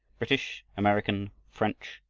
british, american, french,